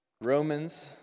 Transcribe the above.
Romans